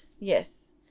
Yes